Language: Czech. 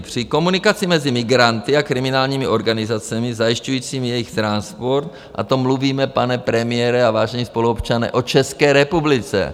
Při komunikaci mezi migranty a kriminálními organizacemi zajišťujícími jejich transport a to mluvíme, pane premiére a vážení spoluobčané, o České republice.